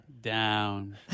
down